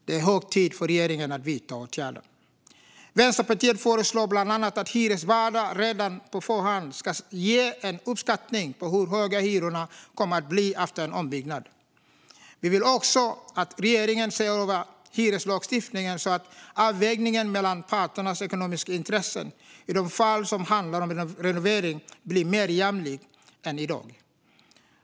Det är hög tid för regeringen att vidta åtgärder. Vänsterpartiet föreslår bland annat att hyresvärdar redan på förhand ska ge en uppskattning om hur höga hyrorna kommer att bli efter en ombyggnad. Vi vill också att regeringen ser över hyreslagstiftningen så att avvägningen mellan parternas ekonomiska intressen, i de fall som handlar om renoveringar, blir mer jämlik än i dag.